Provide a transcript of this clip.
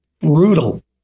brutal